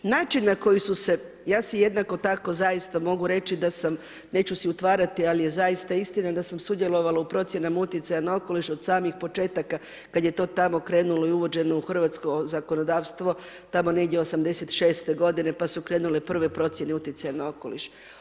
Način na koji su se ja se jednako tako zaista mogu reći, da sam, neću si utvarati, ali je zaista istina da sam sudjelovala u procjenama utjecaja na okoliš od samih početaka kada je to tamo krenulo i uvođeno u hrvatsko zakonodavstvo, tamo negdje '86. g pa su krenule prve procjene utjecaja na okoliš.